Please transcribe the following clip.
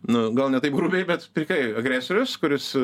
nu gal ne taip grubiai bet prikai agresorius kuris